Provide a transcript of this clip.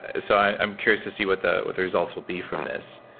ah so i'm curious to see what the what the results will be from this.